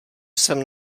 jsem